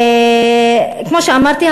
כמו שאמרתי,